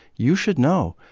you should know,